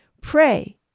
pray